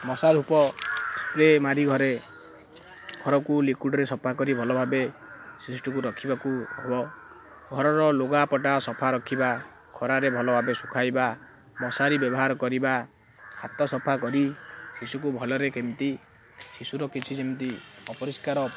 ମଶା ଧୂପ ସ୍ପ୍ରେ ମାରି ଘରେ ଘରକୁ ଲିକ୍ୱିଡ଼୍ରେ ସଫା କରି ଭଲ ଭାବେ ଶିଶୁଟିକୁ ରଖିବାକୁ ହେବ ଘରର ଲୁଗାପଟା ସଫା ରଖିବା ଖରାରେ ଭଲ ଭାବେ ଶୁଖାଇବା ମଶାରୀ ବ୍ୟବହାର କରିବା ହାତ ସଫା କରି ଶିଶୁକୁ ଭଲରେ କେମିତି ଶିଶୁର କିଛି ଯେମିତି ଅପରିଷ୍କାର